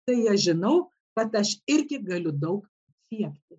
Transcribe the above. tai aš žinau kad aš irgi galiu daug siekti